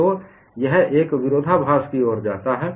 तो यह एक विरोधाभास की ओर जाता है